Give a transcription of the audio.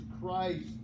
Christ